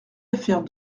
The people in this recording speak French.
affaires